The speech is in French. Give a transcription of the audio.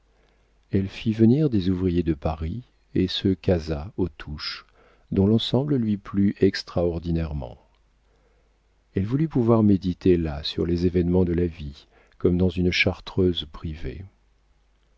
elle fit venir des ouvriers de paris et se casa aux touches dont l'ensemble lui plut extraordinairement elle voulut pouvoir méditer là sur les événements de la vie comme dans une chartreuse privée